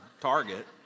Target